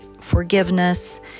forgiveness